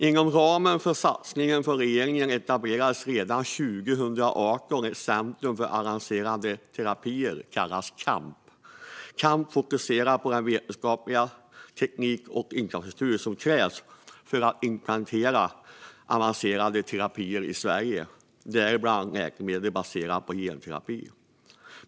Inom ramen för en satsning från regeringen etablerades redan 2018 ett centrum för avancerade terapier som kallas CAMP. CAMP fokuserar på den vetenskap, teknik och infrastruktur som krävs för att implementera avancerade terapier i Sverige, däribland läkemedel baserade på genterapi.